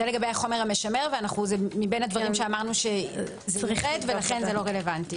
לגבי החומר המשמר וזה מבין הדברים שאמרנו שיירד ולכן זה לא רלוונטי.